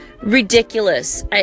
ridiculous